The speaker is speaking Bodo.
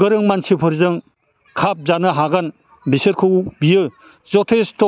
गोरों मानसिफोरजों खाब जानो हागोन बिसोरखौ बियो जथेस्थ'